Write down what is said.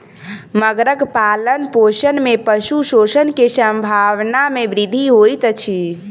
मगरक पालनपोषण में पशु शोषण के संभावना में वृद्धि होइत अछि